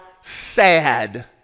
sad